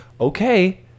okay